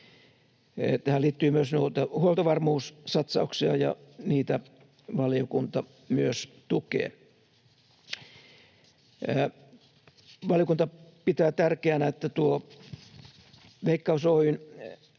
Tähän liittyy myös huoltovarmuussatsauksia, ja myös niitä valiokunta tukee. Valiokunta pitää tärkeänä, että Veikkaus